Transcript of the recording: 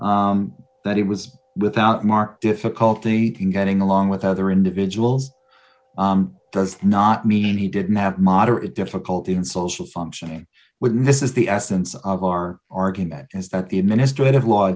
faron that he was without mark difficulty in getting along with other individuals does not mean he didn't have moderate difficulty in social functioning with this is the essence of our argument is that the administrative law